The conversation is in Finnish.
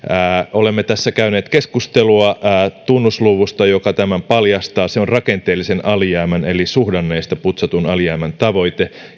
olemme tässä käyneet keskustelua tunnusluvusta joka tämän paljastaa ja se on rakenteellisen alijäämän eli suhdanteista putsatun alijäämän tavoite